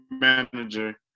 manager